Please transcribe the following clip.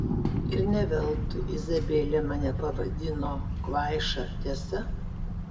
ir ne veltui izabelė mane pavadino kvaiša tiesa